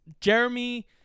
Jeremy